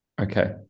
Okay